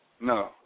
No